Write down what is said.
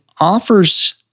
offers